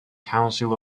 council